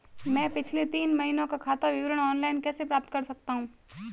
मैं पिछले तीन महीनों का खाता विवरण ऑनलाइन कैसे प्राप्त कर सकता हूं?